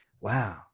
wow